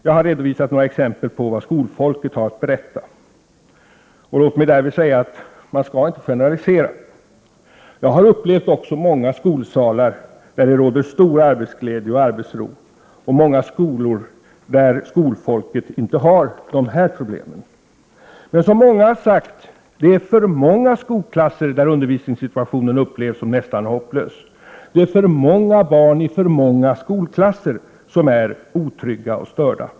Jag har redovisat några exempel på vad skolfolket har att berätta. Låt mig därvid säga att man inte skall generalisera. Jag har upplevt många skolsalar där det råder stor arbetsglädje och arbetsro och många skolor där skolfolket inte har de här problemen. Men, som många har sagt, det är för många skolklasser där undervisningssituationen uppfattas som nästan hopplös. Det är för många barn i för många skolklasser som är otrygga och störda.